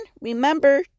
remember